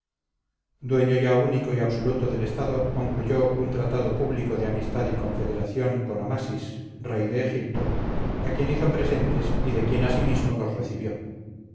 dueño ya único y absoluto del estado concluyó un tratado público de amistad y confederación con amasis rey de egipto a quien hizo presentes y de quien asimismo los recibió